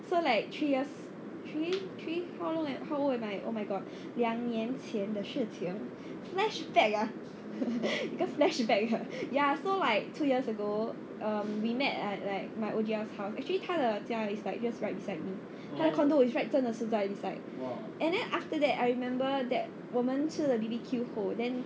so like three years three three how long am I oh my god 两年前的事情 flashback ah because flashback ya so like two years ago we met at like like my O_G_L's house actually 他的家 is like just right beside me 他 condo~ is right 真的在 this side and then after that I remember 我们吃了 B_B_Q 后 then